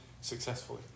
successfully